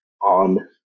on